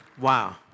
Wow